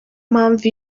mpamvu